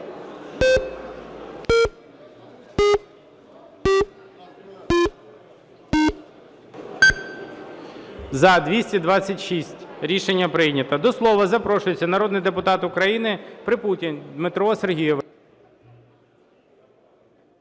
За-226 Рішення прийнято. До слова запрошується народний депутат України Припутень Дмитро Сергійович.